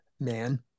man